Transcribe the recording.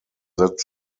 that